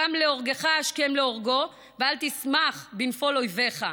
הקם להורגך, השכם להורגו, ואל תשמח בנפול אויבך.